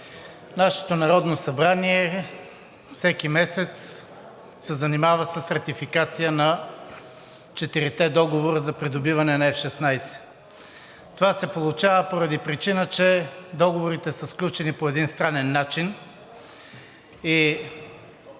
Нашето Народно събрание всеки месец се занимава с ратификация на четирите договора за придобиване на „F-16“. Това се получава поради причината, че договорите са сключени по един странен начин и